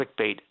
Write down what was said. clickbait